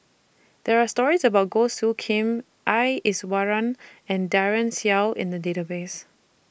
There Are stories about Goh Soo Khim S Iswaran and Daren Shiau in The Database